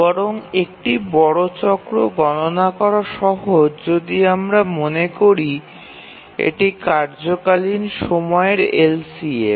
বরং একটি বড় চক্র গণনা করা সহজ যদি আমরা মনে করি এটি কার্যকালীন সময়ের এলসিএম